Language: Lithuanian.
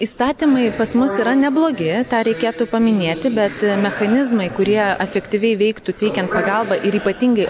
įstatymai pas mus yra neblogi tą reikėtų paminėti bet mechanizmai kurie efektyviai veiktų teikiant pagalbą ir ypatingai